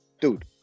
dude